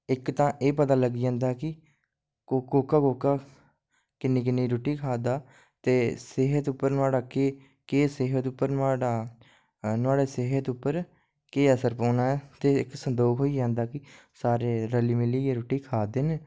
इक तां एह् पता लग्गी जंदा कि कोह्का कोह्का किन्नी किन्नी रुटी खा'रदा ते सेहत उप्पर नोआढ़ा केह् सेहत उप्पर नोहाढ़ा नोहाढ़ी सेहत उप्पर केह् असर पोना ऐ ते संदोख होई जंदा कि सारे रली मिलियै रुट्टी खा'रदे न